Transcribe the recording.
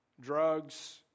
Drugs